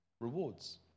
Rewards